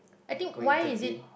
going thirty